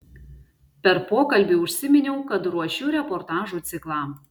per pokalbį užsiminiau kad ruošiu reportažų ciklą